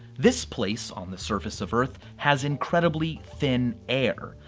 this place on the surface of earth has incredibly thin air.